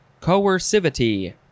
coercivity